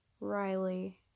riley